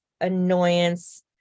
annoyance